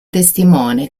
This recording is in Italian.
testimone